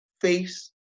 face